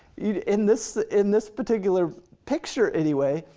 you know in this in this particular picture, anyway,